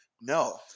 No